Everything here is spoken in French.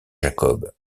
jacob